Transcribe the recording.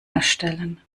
erstellen